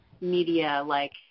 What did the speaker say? media-like